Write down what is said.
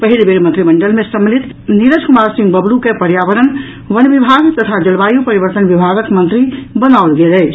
पहिल बेर मंत्रिमंडल मे सम्मिलित नीरज कुमार सिंह बबलू के पर्यावरण वन विभाग तथा जलवायु परिवर्तन विभागक मंत्री बनाओल गेल अछि